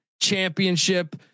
championship